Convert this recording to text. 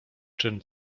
czyn